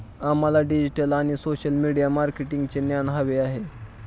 आम्हाला डिजिटल आणि social media मार्केटिंगचे ज्ञान हवे आहे